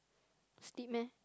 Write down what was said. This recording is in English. steep meh